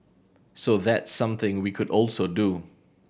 so that's something we could also do